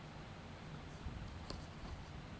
ছট পকা যেটতে ক্যরে সিলিক বালাই তার ম্যালা রগ হ্যয়